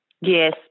Yes